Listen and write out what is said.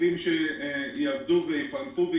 ברופאים שיעבדו ויפענחו.